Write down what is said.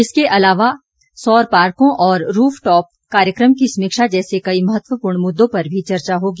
इसके अलावा सौर पार्कों और रूफ टॉप कार्यक्रम की समीक्षा जैसे कई महत्वपूर्ण मुद्दों पर भी चर्चा होगी